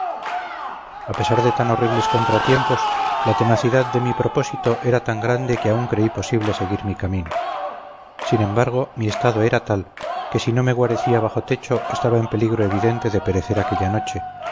a pesar de tan horribles contratiempos la tenacidad de mi propósito era tan grande que aún creí posible seguir mi camino sin embargo mi estado era tal que si no me guarecía bajo techo estaba en peligro evidente de perecer aquella noche